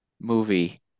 movie